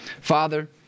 father